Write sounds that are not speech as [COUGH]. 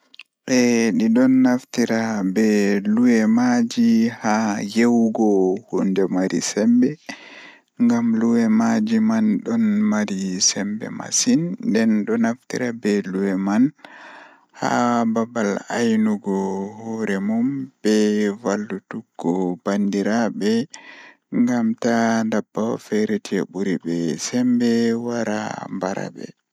[HESITATION] ɗi ɗon naftira be luhe maaji ha yewugo hunde mari sembe, ngam luhe maaji man ɗon marii sembe masin, dende ɗo naftira be luhe man, haa baabal aynugo hore mom be vallutukko bandirabe ngam ta dabbawo fere je buribi sembe wara bara ɓe.